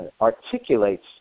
articulates